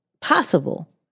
possible